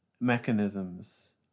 mechanisms